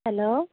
hello